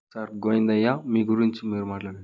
sir Govindayya మీ గురించి మీరు మాట్లాడండి సార్